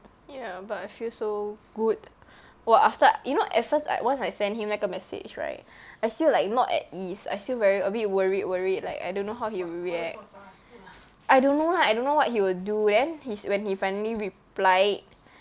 ya but I feel so good !wah! after you know at first like once I send him 那个 message right I still like not at ease I still very a bit worried worried like I don't know how he will react I don't know lah I don't know what he would do then his when he finally replied